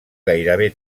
gairebé